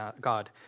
God